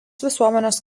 visuomenės